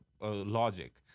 logic